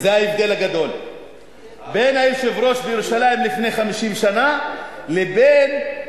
זה ההבדל הגדול בין היושב-ראש בירושלים לפני 50 שנה לבין